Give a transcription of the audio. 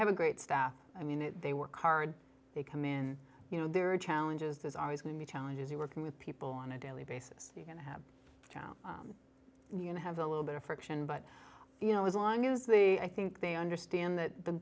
have a great staff i mean they work hard they come in you know there are challenges there's always going to be challenges you're working with people on a daily basis you're going to have you know have a little bit of friction but you know as long as the i think they understand that the